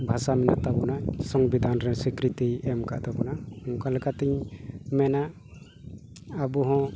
ᱵᱷᱟᱥᱟ ᱢᱮᱱᱟᱜ ᱛᱟᱵᱚᱱᱟ ᱥᱚᱝᱵᱤᱫᱷᱟᱱ ᱨᱮ ᱥᱤᱠᱨᱤᱛᱤ ᱮᱢ ᱟᱠᱟᱫ ᱛᱟᱵᱚᱱᱟ ᱚᱱᱠᱟ ᱞᱮᱠᱟᱛᱮᱧ ᱢᱮᱱᱟ ᱟᱵᱚ ᱦᱚᱸ